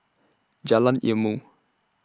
Jalan Ilmu